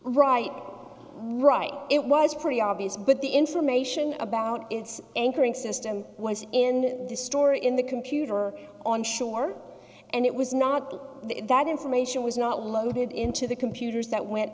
right right it was pretty obvious but the information about its anchoring system was in the store in the computer on shore and it was not the that information was not loaded into the computers that went